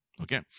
Okay